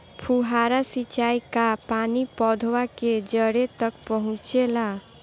फुहारा सिंचाई का पानी पौधवा के जड़े तक पहुचे ला?